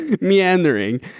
meandering